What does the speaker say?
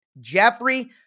Jeffrey